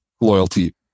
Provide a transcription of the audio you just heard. loyalty